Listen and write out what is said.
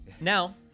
Now